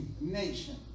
nation